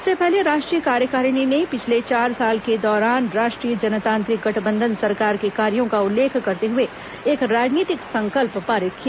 इससे पहले राष्ट्रीय कार्यकारिणी ने पिछले चार साल के दौरान राष्ट्रीय जनतांत्रिक गठबंधन सरकार के कार्यों का उल्लेख करते हुए एक राजनीतिक संकल्प पारित किया